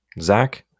Zach